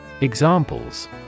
Examples